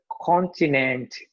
continent